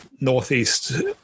northeast